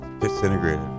Disintegrated